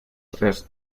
tres